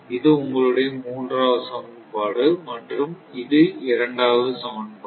இது உங்களுடைய மூன்றாவது சமன்பாடு மற்றும் இது இரண்டாவது சமன்பாடு